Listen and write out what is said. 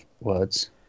words